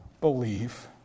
believe